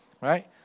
Right